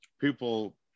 people